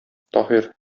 таһир